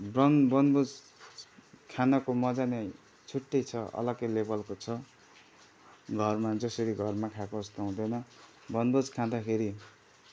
बन बनभोज खानको मजा नै छुट्टै छ अलग्गै लेभलको छ घरमा जसरी घरमा खाएको जस्तो हुँदैन बनभोज खाँदाखेरि